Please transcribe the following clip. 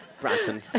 Branson